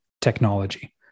technology